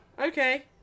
Okay